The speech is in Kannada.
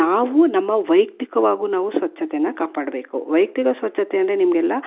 ನಾವು ನಮ್ಮ ವೈಯಕ್ತಿಕವಾಗೂ ನಾವು ಸ್ವಚ್ಛತೇನ ಕಾಪಾಡಬೇಕು ವೈಯಕ್ತಿಕ ಸ್ವಚ್ಛತೆ ಅಂದರೆ ನಿಮಗೆಲ್ಲಾ